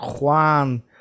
Juan